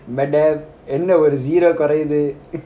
but then என்னஒரு:enna oru zero குறையுது:kuraiyudhu